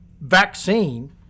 vaccine